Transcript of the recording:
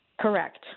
Correct